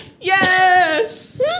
Yes